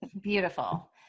Beautiful